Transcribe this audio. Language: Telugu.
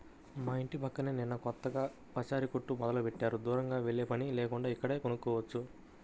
మా యింటి పక్కనే నిన్న కొత్తగా పచారీ కొట్టు మొదలుబెట్టారు, దూరం వెల్లేపని లేకుండా ఇక్కడే కొనుక్కోవచ్చు